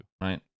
right